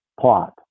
plot